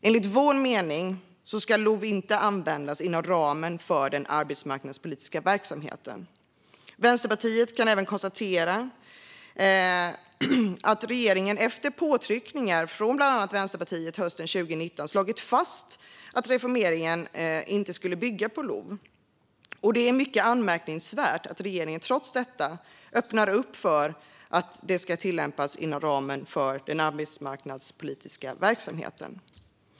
Enligt vår mening ska LOV inte användas inom ramen för den arbetsmarknadspolitiska verksamheten. Vänsterpartiet kan även konstatera att regeringen, efter påtryckningar från bland annat Vänsterpartiet hösten 2019, har slagit fast att reformeringen inte ska bygga på LOV. Det är mycket anmärkningsvärt att regeringen trots det öppnar upp för att detta ska tillämpas inom ramen för den arbetsmarknadspolitiska verksamheten.